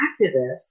activists